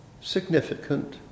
significant